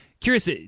curious